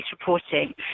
Reporting